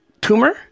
tumor